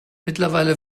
mittlerweile